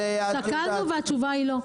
שקלנו, והתשובה היא לא.